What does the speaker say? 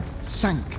sank